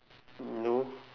no